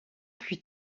plus